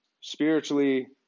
spiritually